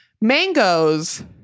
Mangoes